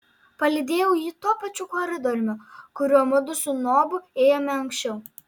palydėjau jį tuo pačiu koridoriumi kuriuo mudu su nobu ėjome anksčiau